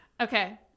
Okay